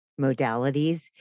modalities